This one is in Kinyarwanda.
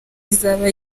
izaba